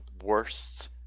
worst